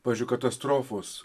pavyzdžiui katastrofos